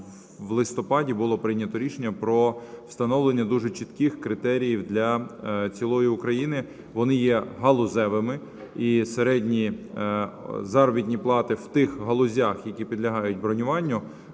в листопаді було прийнято рішення про встановлення дуже чітких критеріїв для цілої України. Вони є галузевими і середні заробітні плати в тих галузях, які підлягають бронюванню,